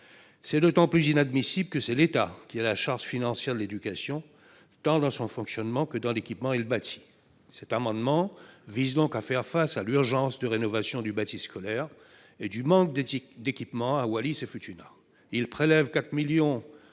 C'est d'autant plus inadmissible que l'État a la charge financière de l'éducation, tant dans son fonctionnement que dans l'équipement et le bâti, à Wallis-et-Futuna. Cet amendement vise donc à faire face à l'urgence de rénovation du bâti scolaire et du manque d'équipements dans ce territoire en tendant à prélever 4 millions d'euros